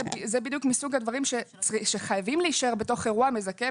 זה מסוג הדברים שחייבים להישאר בתוך אירוע מזכה,